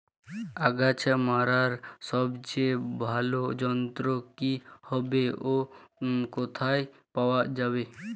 আগাছা মারার সবচেয়ে ভালো যন্ত্র কি হবে ও কোথায় পাওয়া যাবে?